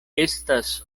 estas